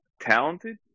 talented